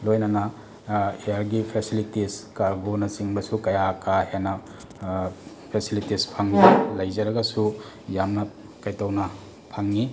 ꯂꯣꯏꯅꯅ ꯑꯦꯌꯔꯒꯤ ꯐꯦꯁꯤꯂꯤꯇꯤꯁ ꯀꯥꯔꯒꯣꯅꯆꯤꯡꯕꯁꯨ ꯀꯌꯥ ꯀꯥ ꯍꯦꯟꯅ ꯐꯦꯁꯤꯂꯤꯇꯤꯁ ꯐꯪꯗꯦ ꯂꯩꯖꯔꯒꯁꯨ ꯌꯥꯝꯅ ꯀꯩꯇꯧꯅ ꯐꯪꯉꯤ